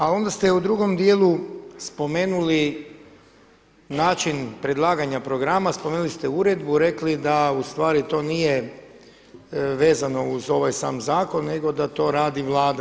A onda ste u drugom dijelu spomenuli način predlaganja programa, spomenuli ste uredbu, rekli da to nije vezano uz ovaj sam zakon nego da to radi Vlada.